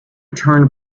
turned